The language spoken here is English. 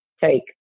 take